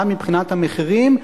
גם מבחינת המחירים,